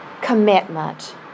commitment